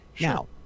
Now